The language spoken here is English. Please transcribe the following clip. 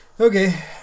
Okay